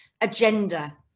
agenda